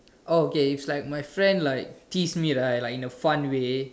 okay it's like my friend piss me right like in a fun way